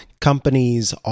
companies